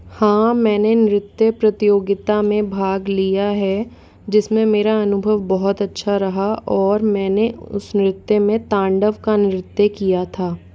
हाँ मैंने नृत्य प्रतियोगिता में भाग लिया है जिसमें मेरा अनुभव बहुत अच्छा रहा और मैंने उस नृत्य में तांडव का नृत्य किया था